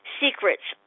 secrets